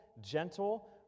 Gentle